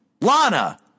Lana